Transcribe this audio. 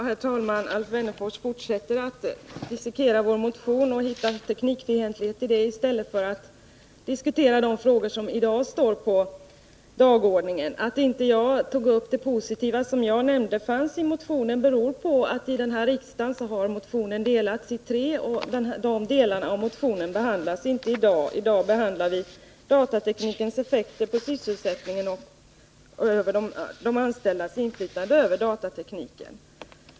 Herr talman! Alf Wennerfors fortsätter att dissekera vår motion och hitta teknikfientlighet i den i stället för att diskutera de frågor som i dag står på dagordningen. Anledningen till att jag inte tog upp det positiva som finns i motionen — vilket jag också nämnde — är att motionen i denna riksdag har delats upp i tre delar, och de andra två delarna behandlas inte i dag. I dag behandlar vi datateknikens effekter på sysselsättningen och de anställdas inflytande över datatekniken.